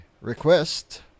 request